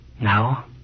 Now